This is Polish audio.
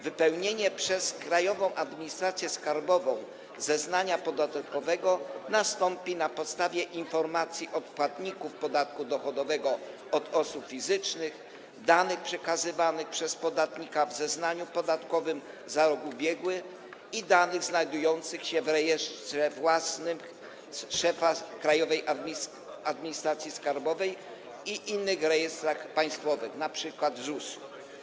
Wypełnienie przez Krajową Administrację Skarbową zeznania podatkowego nastąpi na podstawie informacji od płatników podatku dochodowego od osób fizycznych, danych przekazanych przez podatnika w zeznaniu podatkowym za rok ubiegły i danych znajdujących się w rejestrze własnym szefa Krajowej Administracji Skarbowej i innych rejestrach państwowych, np. ZUS.